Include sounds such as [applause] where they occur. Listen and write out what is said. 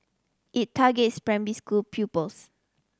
it targets [unintelligible] school pupils